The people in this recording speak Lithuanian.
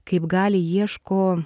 kaip gali ieško